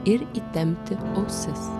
ir įtempti ausis